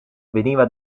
veniva